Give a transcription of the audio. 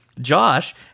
Josh